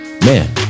man